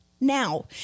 now